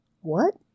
What